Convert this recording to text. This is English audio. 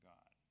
God